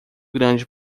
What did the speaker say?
grande